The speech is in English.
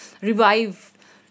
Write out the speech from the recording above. revive